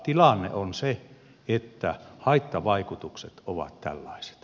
tilanne on se että haittavaikutukset ovat tällaiset